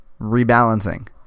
rebalancing